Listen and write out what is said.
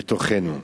בתוכנו.